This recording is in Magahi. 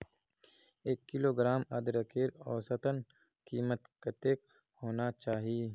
एक किलोग्राम अदरकेर औसतन कीमत कतेक होना चही?